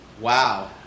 Wow